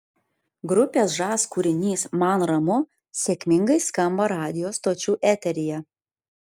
grupės žas kūrinys man ramu sėkmingai skamba radijo stočių eteryje